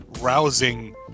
rousing